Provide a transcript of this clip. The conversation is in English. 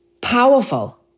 Powerful